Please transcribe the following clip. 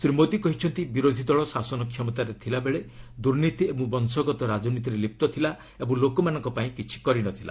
ଶ୍ରୀ ମୋଦି କହିଛନ୍ତି ବିରୋଧୀ ଦଳ ଶାସନ କ୍ଷମତାରେ ଥିଲାବେଳେ ଦୁର୍ନୀତି ଓ ବଂଶଗତ ରାଜନୀତିରେ ଲିପ୍ତ ଥିଲା ଓ ଲୋକମାନଙ୍କ ପାଇଁ କିଛି କରି ନ ଥିଲା